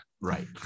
Right